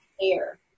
air